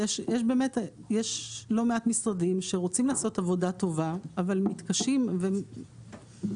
יש באמת לא מעט משרדים שרוצים לעשות עבודה טובה אבל מתקשים ופונים.